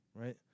right